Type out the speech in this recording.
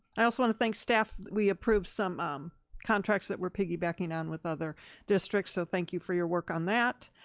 i also want to thank staff. we approved some um contracts that we're piggybacking on with other districts, so thank you for your work on that.